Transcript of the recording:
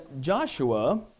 Joshua